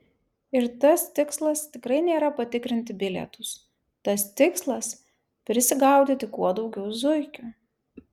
ir tas tikslas tikrai nėra patikrinti bilietus tas tikslas prisigaudyti kuo daugiau zuikių